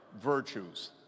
virtues